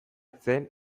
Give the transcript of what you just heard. zen